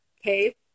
okay